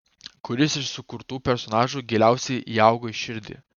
kuris iš sukurtų personažų giliausiai įaugo į širdį